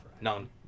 None